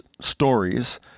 stories